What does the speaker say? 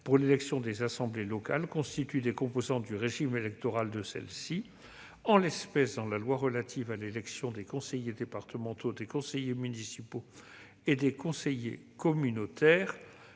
pour l'élection des assemblées locales constituent des composantes du régime électoral de celles-ci. En l'espèce, dans la loi relative à l'élection des conseillers départementaux, des conseillers municipaux et des conseillers communautaires